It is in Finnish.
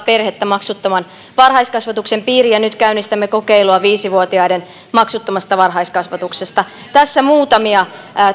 perhettä maksuttoman varhaiskasvatuksen piiriin ja nyt käynnistämme kokeilua viisivuotiaiden maksuttomasta varhaiskasvatuksesta tässä muutamia